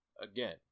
again